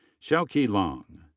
xiaoqi lang.